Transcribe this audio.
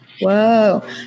Whoa